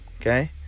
Okay